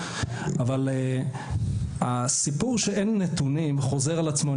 אבל הסיפור שאין נתונים חוזר על עצמו,